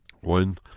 One